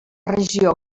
regió